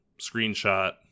screenshot